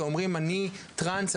שאומרים אני טרנס,